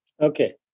Okay